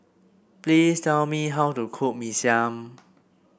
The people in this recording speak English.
please tell me how to cook Mee Siam